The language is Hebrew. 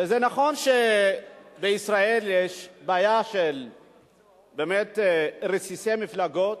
וזה נכון שבישראל יש בעיה של רסיסי מפלגות,